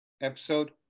episode